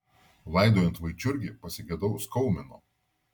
laidojant vaičiurgį pasigedau skaumino